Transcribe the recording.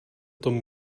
tom